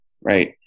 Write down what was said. right